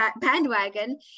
bandwagon